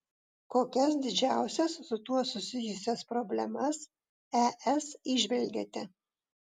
kokias didžiausias su tuo susijusias problemas es įžvelgiate